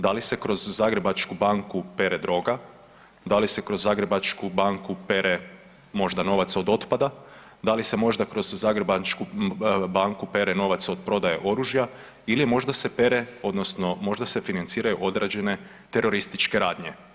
Da li se kroz Zagrebačku banku pere droga, da li se kroz Zagrebačku banku pere možda novac od otpada, da li se možda kroz Zagrebačku banku pere novac od prodaje oružja ili možda se pere odnosno možda se financiraju određene terorističke radnje?